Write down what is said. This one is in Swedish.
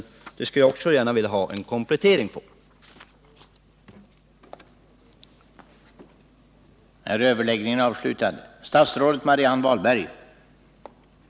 Den frågan skulle jag också gärna vilja få ett kompletterande svar på.